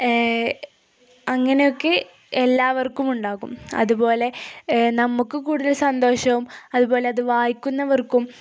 അങ്ങനെയൊക്കെ എല്ലാവർക്കും ഉണ്ടാകും അതുപോലെ നമുക്കു കൂടുതൽ സന്തോഷവും അതുപോലെ അതു വായിക്കുന്നവർക്കും